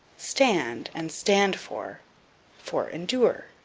stand and stand for for endure.